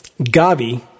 Gavi